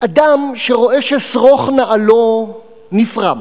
אדם שרואה ששרוך נעלו נפרם,